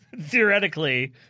Theoretically